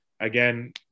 again